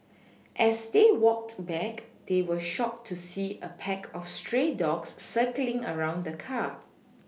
as they walked back they were shocked to see a pack of stray dogs circling around the car